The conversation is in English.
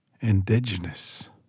indigenous